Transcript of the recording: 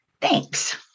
Thanks